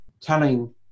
telling